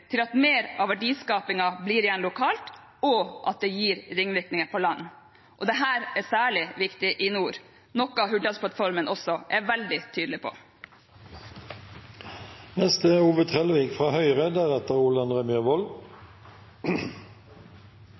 til at mer av verdiskapingen blir igjen lokalt, og at det gir ringvirkninger på land. Dette er særlig viktig i nord, noe Hurdalsplattformen også er veldig tydelig på. Oljedirektoratet anslår at 50 pst. av dei gjenverande ressursane våre er